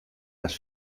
las